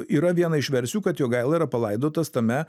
yra viena iš versijų kad jogaila yra palaidotas tame